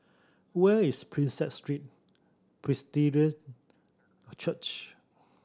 where is Prinsep Street Presbyterian Church